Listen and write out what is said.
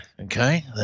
Okay